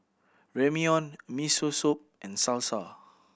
Ramyeon Miso Soup and Salsa